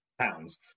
pounds